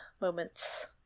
moments